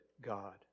God